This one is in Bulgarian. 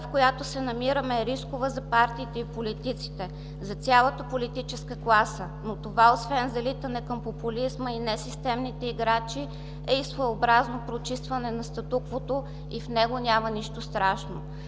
в която се намираме, е рискова за партиите и политиците, за цялата политическа класа. Но това, освен залитане към популизма и несистемните играчи, е и своеобразно почистване на статуквото и в него няма нищо страшно.